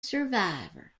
survivor